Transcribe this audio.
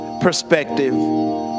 perspective